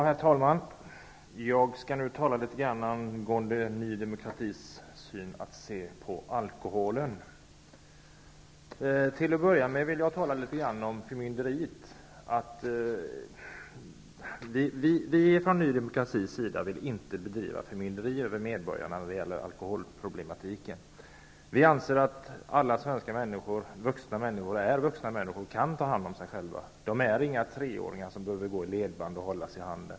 Herr talman! Jag skall tala litet om Ny demokratis syn på alkoholen. Till att börja med vill jag tala litet om förmynderiet. Vi från Ny demokrati vill inte bedriva förmynderi över medborgarna när det gäller alkoholproblematiken. Vi anser att alla vuxna svenska människor är vuxna och kan ta hand om sig själva. De är inga treåringar som behöver gå i ledband och hållas i handen.